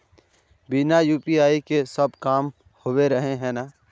बिना यु.पी.आई के सब काम होबे रहे है ना?